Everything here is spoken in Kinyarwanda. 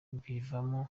bivamo